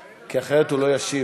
כי אחרת הוא לא ישיב.